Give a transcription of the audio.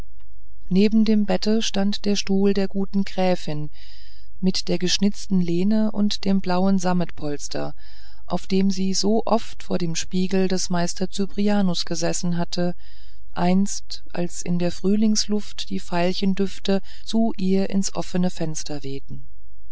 neben dem bette stand der stuhl der guten gräfin mit der geschnitzten lehne und dem blauen sammetpolster auf dem sie so oft vor dem spiegel des meisters cyprianus gesessen hatte einst als in der frühlingsluft die veilchendüfte zu ihr ins offene fenster wehten